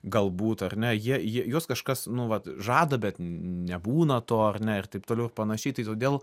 galbūt ar ne jie jie juos kažkas nu vat žada bet nebūna to ar ne ir taip toliau ir panašiai tai todėl